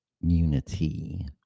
unity